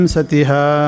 Satiha